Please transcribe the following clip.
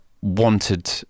wanted